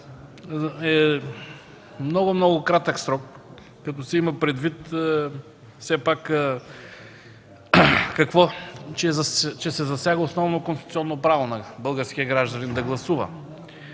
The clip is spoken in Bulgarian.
са много кратък срок, като се има предвид, че се засяга основно конституционно право на българския гражданин – да гласува.